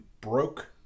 broke